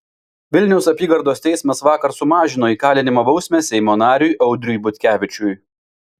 vilniaus apygardos teismas vakar sumažino įkalinimo bausmę seimo nariui audriui butkevičiui